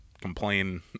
complain